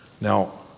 Now